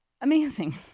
Amazing